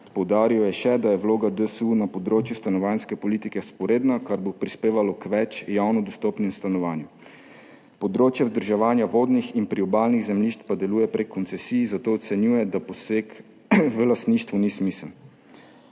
Poudaril je še, da je vloga DSU na področju stanovanjske politike vzporedna, kar bo prispevalo k več javno dostopnim stanovanjem. Področje vzdrževanja vodnih in priobalnih zemljišč pa deluje prek koncesij, zato ocenjuje, da poseg v lastništvo ni smiseln.